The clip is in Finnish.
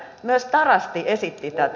myös tarasti esitti tätä